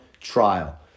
trial